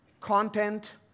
content